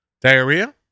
Diarrhea